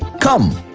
come,